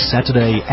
Saturday